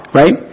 right